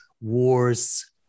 wars